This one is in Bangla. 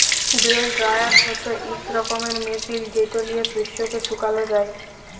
গ্রেল ড্রায়ার হছে ইক রকমের মেশিল যেট লিঁয়ে শস্যকে শুকাল যায়